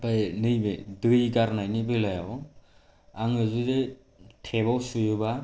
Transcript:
आमफ्राय नै बे दै गारनायनि बेलायाव आङो जोरै टेपआव सुयोबा